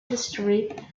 history